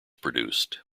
produced